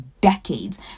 decades